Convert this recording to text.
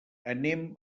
anem